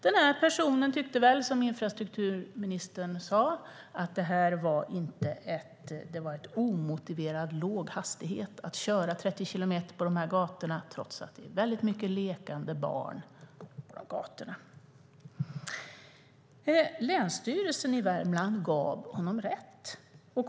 Den här personen tyckte väl, som infrastrukturministern sade, att 30 kilometer i timmen på de här gatorna var en omotiverat låg hastighet, trots att det är väldigt mycket lekande barn där. Länsstyrelsen i Värmlands län gav privatpersonen rätt.